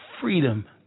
freedom